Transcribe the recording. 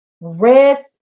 rest